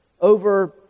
over